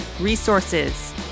resources